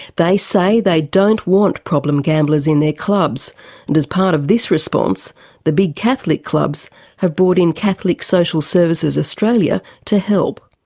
they say they don't want problem gamblers in their clubs and as part of this response the big catholic clubs have brought in catholic social services australia to help.